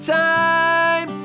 time